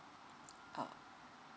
oh